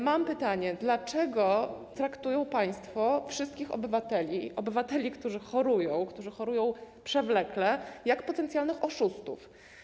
Mam pytanie: Dlaczego traktują państwo wszystkich obywateli, obywateli, którzy chorują, którzy chorują przewlekle, jak potencjalnych oszustów?